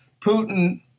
Putin